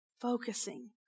focusing